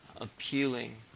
appealing